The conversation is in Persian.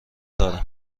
دارم